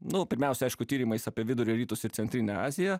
nu pirmiausia aišku tyrimais apie vidurio rytus ir centrinę aziją